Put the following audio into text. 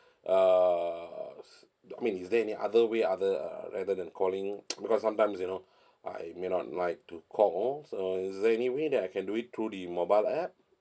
uh I mean is there any other way other uh rather than calling because sometimes you know I may not like to call so is there any way that I can do it through the mobile app